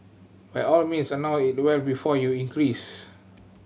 by all means announce it well before you increase